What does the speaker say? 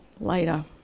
later